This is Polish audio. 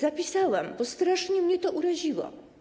Zapisałam, bo strasznie mnie to uraziło.